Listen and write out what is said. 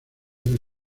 del